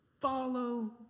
Follow